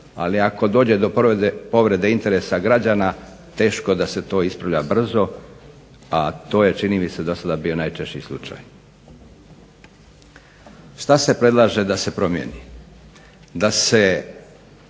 ali ako dođe do povrede interesa građana teško da se to ispravlja brzo, a to je čini mi se do sada bio najteži slučaj. Šta se predlaže da se promijeni? Da se